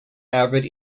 avid